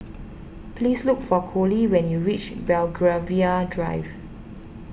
please look for Colie when you reach Belgravia Drive